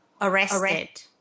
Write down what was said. arrested